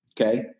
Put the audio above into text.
okay